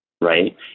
right